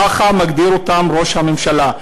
ככה מגדיר אותם ראש הממשלה,